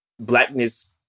blackness